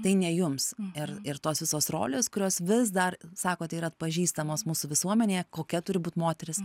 tai ne jums ir ir tos visos rolės kurios vis dar sakote yra atpažįstamos mūsų visuomenėje kokia turi būt moteris